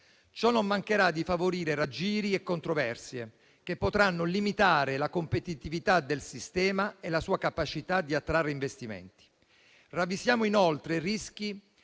Ciò non mancherà di favorire raggiri e controversie, che potranno limitare la competitività del sistema e la sua capacità di attrarre investimenti. Ravvisiamo inoltre rischi